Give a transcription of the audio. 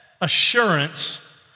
assurance